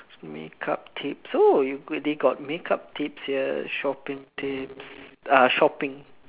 make up tips oh they got makeup tips here shopping tips uh shopping